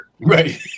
Right